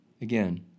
Again